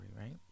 right